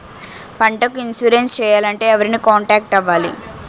పంటకు ఇన్సురెన్స్ చేయాలంటే ఎవరిని కాంటాక్ట్ అవ్వాలి?